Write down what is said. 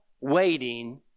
waiting